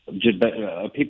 people